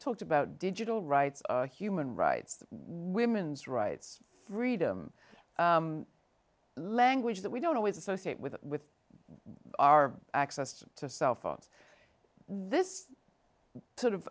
talked about digital rights human rights women's rights freedom language that we don't always associate with our access to cell phones this sort of